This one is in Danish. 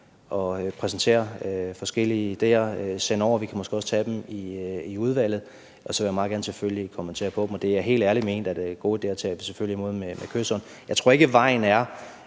at præsentere forskellige ideer og sende dem over til mig. Vi kan måske også tage dem i udvalget. Og så vil jeg selvfølgelig meget gerne kommentere på dem, og det er helt ærligt ment, at gode ideer tager vi selvfølgelig imod med kyshånd. Jeg tror ikke, at vejen er